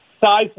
size